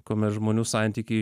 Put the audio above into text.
kuomet žmonių santykiai